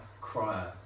crier